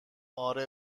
آره